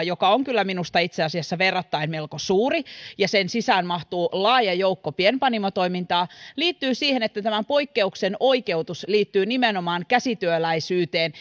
joka on kyllä minusta itse asiassa verrattaen suuri ja sen sisään mahtuu laaja joukko pienpanimotoimintaa liittyy siihen että tämän poikkeuksen oikeutus liittyy nimenomaan käsityöläisyyteen